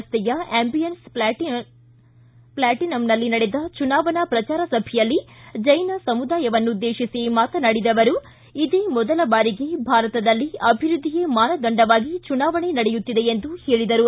ರಸ್ತೆಯ ಆಂಬಿಯನ್ಸ್ ಪ್ಲಾಟನಂನಲ್ಲಿ ನಡೆದ ಚುನಾವಣಾ ಪ್ರಚಾರ ಸಭೆಯಲ್ಲಿ ಜೈನ ಸಮುದಾಯವನ್ನು ಉದ್ದೇಶಿಸಿ ಮಾತನಾಡಿದ ಅವರು ಇದೇ ಮೊದಲ ಬಾರಿಗೆ ಭಾರತದಲ್ಲಿ ಅಭಿವೃದ್ದಿಯೇ ಮಾನದಂಡವಾಗಿ ಚುನಾವಣೆ ನಡೆಯುತ್ತಿದೆ ಎಂದರು